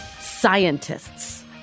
scientists